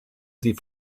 sie